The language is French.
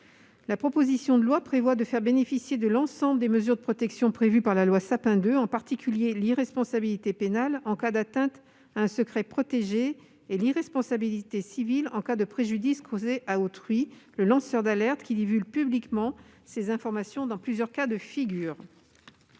La proposition de loi prévoit de faire bénéficier de l'ensemble des mesures de protection prévues par la loi Sapin II, en particulier l'irresponsabilité pénale en cas d'atteinte à un secret protégé et l'irresponsabilité civile en cas de préjudice causé à autrui, le lanceur d'alerte qui divulgue ces informations, dans plusieurs cas de figure.